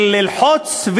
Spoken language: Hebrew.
של ללחוץ,